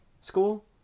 school